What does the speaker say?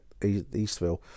Eastville